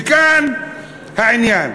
וכאן העניין.